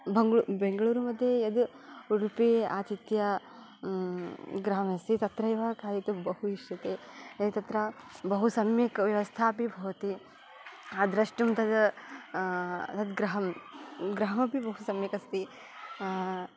बेङ्गलूरु बेङ्गलूरु मध्ये यत् उडुपि आतिथ्य गृहमस्ति तत्रैव खादितुं बहु इष्यते तत्र बहु सम्यक् व्यवस्था अपि भवति द्रष्टुं तत् तद्गृहं गृहमपि बहु सम्यक् अस्ति